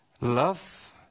love